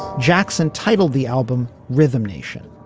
jackson titled the album rhythm nation.